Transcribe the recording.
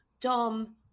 Dom